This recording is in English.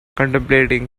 contemplating